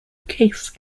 case